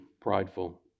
prideful